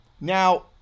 Now